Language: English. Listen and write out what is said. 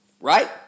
Right